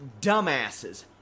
dumbasses